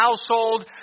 household